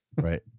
Right